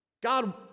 God